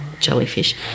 jellyfish